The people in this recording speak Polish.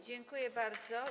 Dziękuję bardzo.